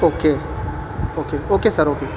okay okay okay sir okay